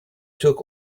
took